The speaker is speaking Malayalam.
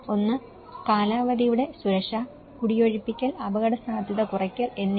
ഒന്ന് കാലാവധിയുടെ സുരക്ഷ കുടിയൊഴിപ്പിക്കൽ അപകടസാധ്യത കുറയ്ക്കൽ എന്നിവ